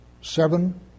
seven